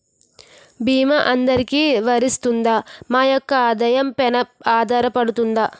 భీమా అందరికీ వరిస్తుందా? మా యెక్క ఆదాయం పెన ఆధారపడుతుందా?